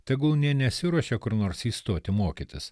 tegul nė nesiruošia kur nors įstoti mokytis